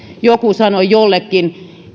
joku sanoi jollekin